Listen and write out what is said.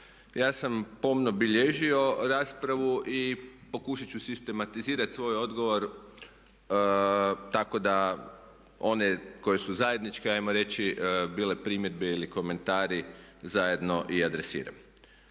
Ja sam pomno bilježio raspravu i pokušati ću sistematizirati svoj odgovor tako da one koje su zajedničke ajmo reći bile primjedbe ili komentari zajedno i adresiram.